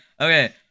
Okay